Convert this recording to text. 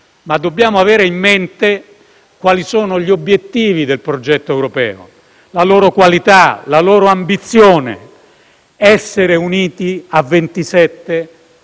Dobbiamo, però, avere in mente quali sono gli obiettivi del progetto europeo; la loro qualità, la loro ambizione. Essere uniti a